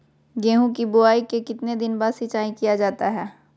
गेंहू की बोआई के कितने दिन बाद सिंचाई किया जाता है?